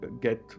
get